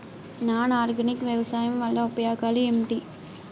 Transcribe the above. Non organic వ్యవసాయం వల్ల ఉపయోగాలు ఏంటీ?